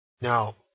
Now